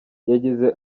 yagize